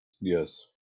Yes